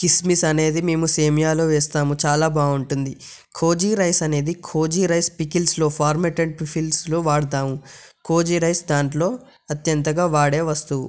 కిస్మిస్ అనేది మేము సేమ్యాలో వేస్తాము చాలా బాగుంటుంది కోజి రైస్ అనేది కోజి రైస్ పికిల్స్లో ఫార్మేట్లో పీల్స్లో వాడతాము కోజి రైస్ దాంట్లో అత్యంతగా వాడే వస్తువు